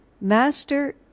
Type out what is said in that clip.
Master